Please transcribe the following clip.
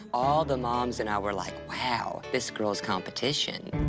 all the moms and i were like, wow, this girl's competition.